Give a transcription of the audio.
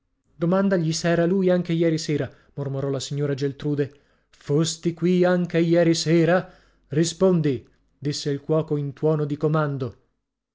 domandagli se era lui anche ieri sera mormorò la signora geltrude fosti qui anche ieri sera rispondi disse il cuoco in tuono di comando